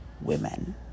women